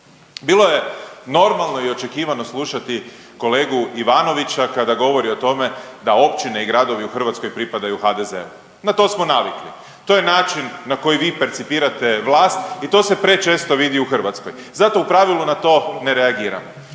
Bilo je normalno i očekivano slušati kolegu Ivanovića kada govori o tome da općine i gradovi u Hrvatskoj pripadaju HDZ-u. Na to smo navikli. To je način na koji vi percipirate vlast i to se prečesto vidi u Hrvatskoj zato u pravilu na to ne reagiramo.